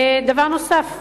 דבר נוסף,